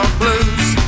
blues